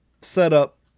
setup